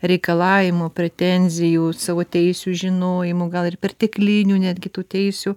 reikalavimų pretenzijų savo teisių žinojimų gal ir perteklinių netgi tų teisių